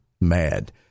mad